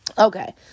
Okay